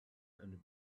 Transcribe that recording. and